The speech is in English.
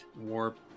Warp